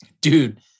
Dude